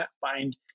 find